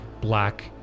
black